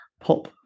pop